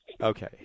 Okay